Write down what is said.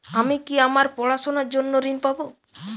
আমি কি আমার পড়াশোনার জন্য ঋণ পাব?